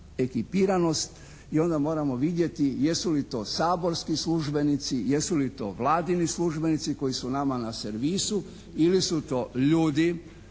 ekipiranost i onda moramo vidjeti jesu li to saborski službenici, jesu li to Vladini službenici koji su nama na servisu ili su to ljudi